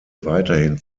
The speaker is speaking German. weiterhin